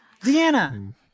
Deanna